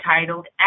titled